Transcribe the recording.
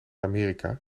amerika